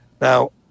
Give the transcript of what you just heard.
Now